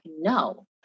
no